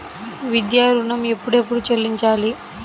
విద్యా ఋణం ఎప్పుడెప్పుడు చెల్లించాలి?